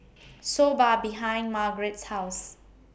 Soba behind Margarett's House